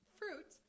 fruit